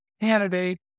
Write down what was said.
candidate